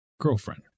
girlfriend